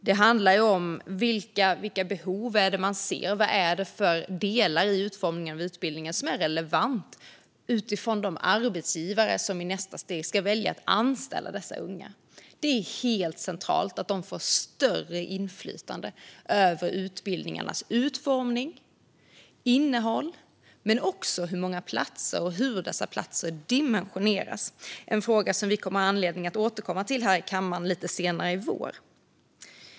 Det handlar om vilka behov det är man ser och vad det är för delar i utformningen av utbildningen som är relevanta för de arbetsgivare som i nästa steg ska välja att anställa dessa unga. Det är helt centralt att de får större inflytande över utbildningarnas utformning och innehåll, men också över antalet platser och hur dessa platser dimensioneras. Det är en fråga som vi kommer att ha anledning att återkomma till här i kammaren lite senare i vår.